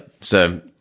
So-